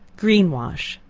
green-wash.